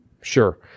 sure